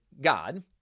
God